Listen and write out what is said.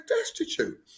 destitute